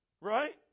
Right